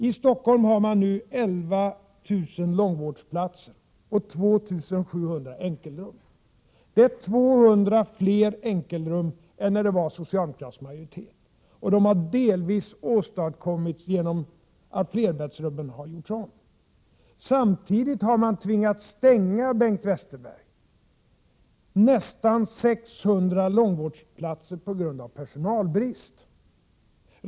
I Stockholm har man nu 11 000 långvårdsplatser och 2 700 enkelrum. Det är 200 fler enkelrum än när det var socialdemokratisk majoritet, och det har åstadkommits delvis genom att flerbäddsrummen har gjorts om. Samtidigt har man, Bengt Westerberg, tvingats stänga nästan 600 långvårdsplatser på grund av personalbrist.